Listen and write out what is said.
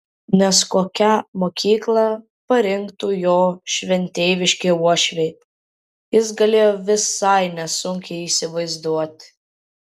nes kokią mokyklą parinktų jo šventeiviški uošviai jis galėjo visai nesunkiai įsivaizduoti